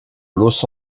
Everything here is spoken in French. los